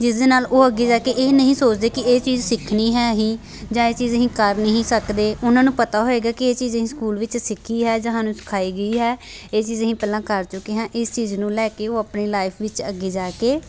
ਜਿਸ ਦੇ ਨਾਲ ਉਹ ਅੱਗੇ ਜਾ ਕੇ ਇਹ ਨਹੀਂ ਸੋਚਦੇ ਕਿ ਇਹ ਚੀਜ਼ ਸਿੱਖਣੀ ਹੈ ਹੀ ਜਾਂ ਇਹ ਚੀਜ਼ ਅਸੀਂ ਕਰ ਨਹੀਂ ਸਕਦੇ ਉਹਨਾਂ ਨੂੰ ਪਤਾ ਹੋਏਗਾ ਕਿ ਇਹ ਚੀਜ਼ ਅਸੀਂ ਸਕੂਲ ਵਿੱਚ ਸਿੱਖੀ ਹੈ ਜਾਂ ਸਾਨੂੰ ਸਿਖਾਈ ਗਈ ਹੈ ਇਹ ਚੀਜ਼ ਅਸੀਂ ਪਹਿਲਾਂ ਕਰ ਚੁੱਕੇ ਹਾਂ ਇਸ ਚੀਜ਼ ਨੂੰ ਲੈ ਕੇ ਉਹ ਆਪਣੀ ਲਾਈਫ ਵਿੱਚ ਅੱਗੇ ਜਾ ਕੇ